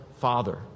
father